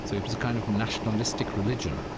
so it was a kind of nationalistic religion,